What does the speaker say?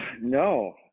no